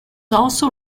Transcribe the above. also